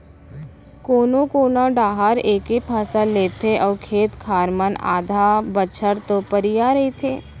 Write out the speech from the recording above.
कोनो कोना डाहर एके फसल लेथे अउ खेत खार मन आधा बछर तो परिया रथें